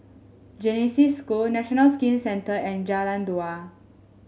Genesis School National Skin Centre and Jalan Dua